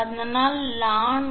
அதனால் அது ln 𝑅 1